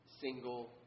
single